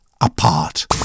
apart